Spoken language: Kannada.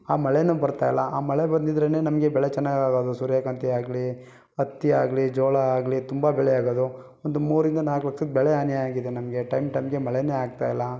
ಆ ಮಳೆನೂ ಬರ್ತಾ ಇಲ್ಲ ಆ ಮಳೆ ಬಂದಿದ್ರೇ ನಮಗೆ ಬೆಳೆ ಚೆನ್ನಾಗಿ ಆಗೋದು ಸೂರ್ಯಕಾಂತಿ ಆಗಲಿ ಹತ್ತಿ ಆಗಲಿ ಜೋಳ ಆಗಲಿ ತುಂಬ ಬೆಳೆ ಆಗೋದು ಒಂದು ಮೂರರಿಂದ ನಾಲ್ಕು ಲಕ್ಷದ ಬೆಳೆ ಹಾನಿಯಾಗಿದೆ ನಮಗೆ ಟೈಮ್ ಟೈಮ್ಗೆ ಮಳೆಯೇ ಆಗ್ತಾ ಇಲ್ಲ